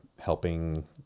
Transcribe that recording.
helping